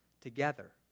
together